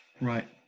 right